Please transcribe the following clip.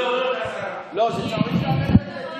זה הולך לוועדת חינוך לדיון.